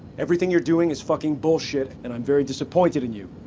everything you're doing is fucking bullshit. and i'm very disappointed in you.